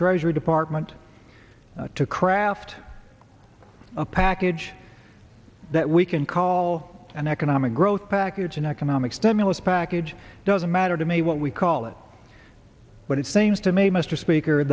treasury department to craft a package that we can call an economic growth package an economic stimulus package doesn't matter to me what we call it but it seems to me mr speaker